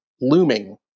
looming